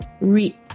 re